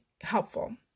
helpful